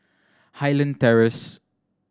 Highland Terrace